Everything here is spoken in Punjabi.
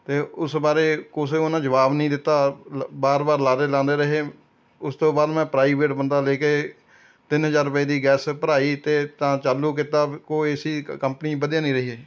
ਅਤੇ ਉਸ ਬਾਰੇ ਕੁਛ ਉਹਨਾਂ ਜਵਾਬ ਨਹੀਂ ਦਿੱਤਾ ਲ ਵਾਰ ਵਾਰ ਲਾਰੇ ਲਾਉਂਦੇ ਰਹੇ ਉਸ ਤੋਂ ਬਾਅਦ ਮੈਂ ਪ੍ਰਾਈਵੇਟ ਬੰਦਾ ਲੈ ਕੇ ਤਿੰਨ ਹਜ਼ਾਰ ਰੁਪਏ ਦੀ ਗੈਸ ਭਰਵਾਈ ਅਤੇ ਤਾਂ ਚਾਲੂ ਕੀਤਾ ਉਹ ਹੈ ਸੀ ਕੰਪਨੀ ਵਧੀਆ ਨਹੀਂ ਰਹੀ ਹੈਗੀ